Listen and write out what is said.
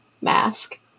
mask